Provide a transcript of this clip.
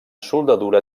soldadura